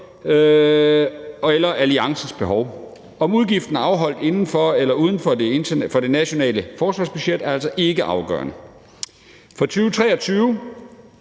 og/eller alliancens behov. Om udgifterne er afholdt inden for eller uden for det nationale forsvarsbudget, er altså ikke afgørende. Fra 2023